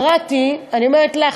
אני אומרת לך,